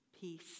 peace